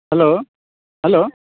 hello hello